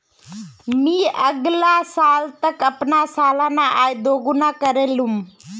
मी अगला साल तक अपना सालाना आय दो गुना करे लूम